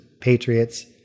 patriots